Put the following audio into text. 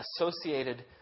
associated